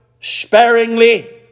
sparingly